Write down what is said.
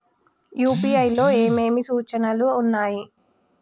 UPI లో ఏమేమి సూచనలు ఉన్నాయి?